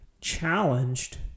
challenged